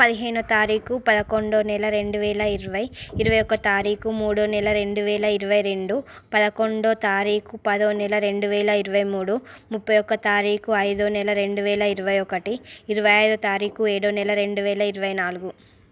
పదిహేనో తారీఖు పదకొండో నెల రెండు వేల ఇరవై ఇరవై ఒకటో తారీఖు మూడో నెల రెండు వేల ఇరవై రెండు పదకొండో తారీఖు పదో నెల రెండు వేల ఇరవై మూడు ముప్పయ్యవ తారీఖు ఐదో నెల రెండు వేల ఇరవై ఒకటి ఇరవై ఐదో తారీఖు ఏడో నెల రెండు వేల ఇరవై నాలుగు